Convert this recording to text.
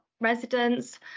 residents